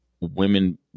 women